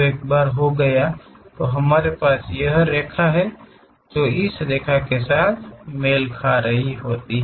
एक बार जो हो गया हमारे पास यह रेखा है जो इस रेखा के साथ मेल खा रही है